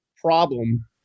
problem